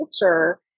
culture